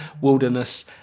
Wilderness